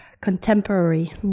contemporary